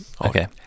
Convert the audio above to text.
Okay